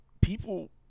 people